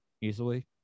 easily